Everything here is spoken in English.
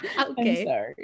okay